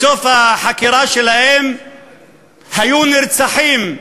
בסוף החקירה שלהם היו נרצחים,